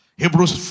Hebrews